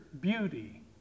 beauty